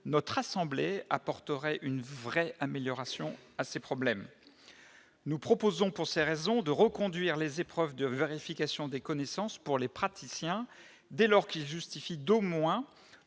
notre assemblée apporterait une vraie amélioration à ces problèmes, nous proposons pour ces raisons de reconduire les épreuves de vérification des connaissances pour les praticiens, dès lors qu'il justifie d'au moins